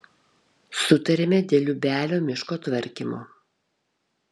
sutarėme dėl liubelio miško tvarkymo